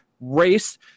race